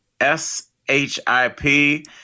S-H-I-P